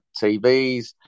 TVs